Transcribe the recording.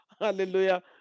Hallelujah